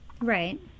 Right